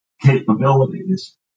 capabilities